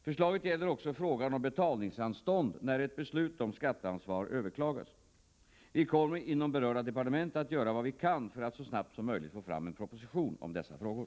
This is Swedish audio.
Förslaget gäller också frågan om betalningsanstånd när ett beslut om skatteansvar överklagas. Vi kommer inom berörda departement att göra vad vi kan för att så snabbt som möjligt få fram en proposition om dessa frågor.